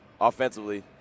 offensively